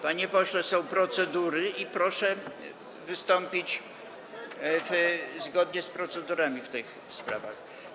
Panie pośle, są procedury i proszę wystąpić zgodnie z procedurami w tych sprawach.